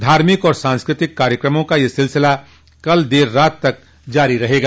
धार्मिक और सांस्कृतिक कार्यक्रमों का यह सिलसिला कल देर रात तक जारी रहेगा